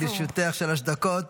לרשותך שלוש דקות.